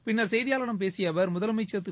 பின்னர் செய்தியாளர்களிடம் பேசிய அவர் முதலமைச்சர் திரு